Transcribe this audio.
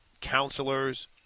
counselors